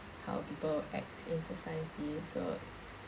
how people act in society so